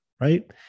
right